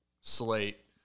slate